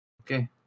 Okay